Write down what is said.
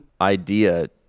idea